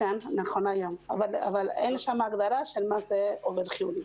זה נכון להיום אבל אין שם הגדרת עובד חיוני.